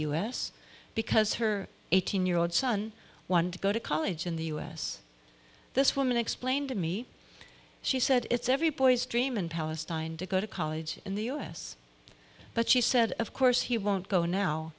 u s because her eighteen year old son want to go to college in the u s this woman explained to me she said it's every boy's dream in palestine to go to college in the u s but she said of course he won't go now